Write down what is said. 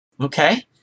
Okay